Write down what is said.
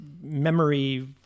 memory